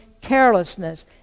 carelessness